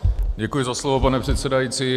Děkuji za slovo, pane předsedající.